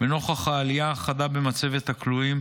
ולנוכח העלייה החדה במצבת הכלואים,